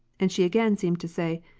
and she again seemed to say,